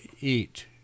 eat